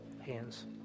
hands